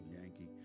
Yankee